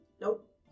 Nope